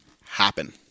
happen